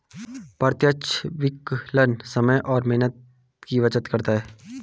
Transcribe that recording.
प्रत्यक्ष विकलन समय और मेहनत की बचत करता है